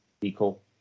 equal